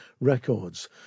Records